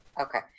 Okay